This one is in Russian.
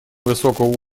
высокого